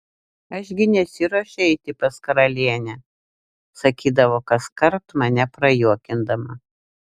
aš gi nesiruošiu eiti pas karalienę sakydavo kaskart mane prajuokindama